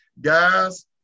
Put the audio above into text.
Guys